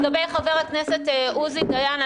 לגבי חבר הכנסת עוזי דיין,